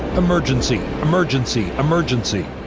emergency! emergency! emergency!